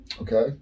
Okay